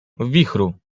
wichru